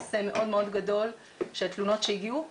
בעומס מאוד מאוד גדול בתלונות שהגיעו,